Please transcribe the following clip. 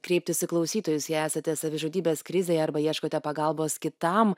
kreiptis į klausytojus jei esate savižudybės krizėje arba ieškote pagalbos kitam